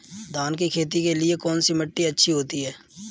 धान की खेती के लिए कौनसी मिट्टी अच्छी होती है?